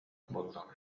буоллаҕа